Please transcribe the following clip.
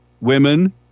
women